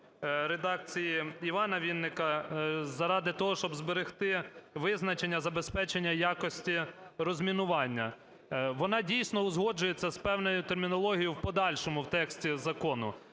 редакції Івана Вінника заради того, щоби зберегти визначення "забезпечення якості розмінування". Вона, дійсно, узгоджується з певною термінологією в подальшому в тексті закону.